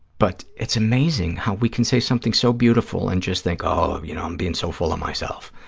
but it's amazing how we can say something so beautiful and just think, oh, you know, i'm being so full of myself.